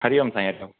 Hari Om Sai Hari Om